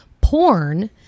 porn